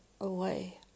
away